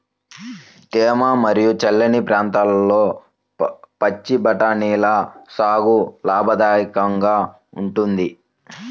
తేమ మరియు చల్లని ప్రాంతాల్లో పచ్చి బఠానీల సాగు లాభదాయకంగా ఉంటుంది